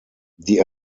die